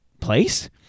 place